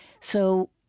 So-